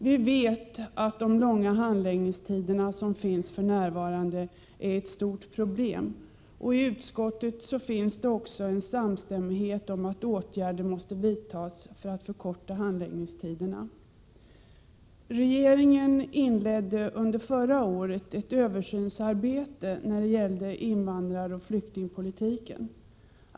Vi vet att de långa handläggningstiderna för närvarande är ett stort Prot. 1987/88:115 problem, och i utskottet finns en samstämmighet om att åtgärder måste vidtas för att förkorta handläggningstiderna. Regeringen inledde under förra året ett översynsarbete när det gäller invandraroch flyktingpolitiken.